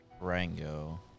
Rango